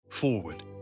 forward